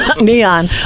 Neon